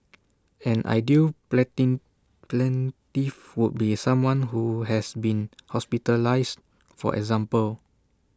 an ideal planting plaintiff would be someone who has been hospitalised for example